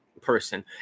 person